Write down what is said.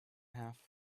half